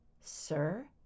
sir